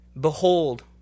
behold